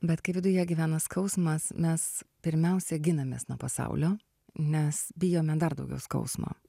bet kai viduje gyvena skausmas mes pirmiausia ginamės nuo pasaulio nes bijome dar daugiau skausmo